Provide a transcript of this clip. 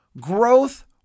Growth